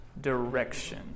direction